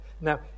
Now